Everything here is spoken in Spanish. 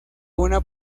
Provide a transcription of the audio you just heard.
una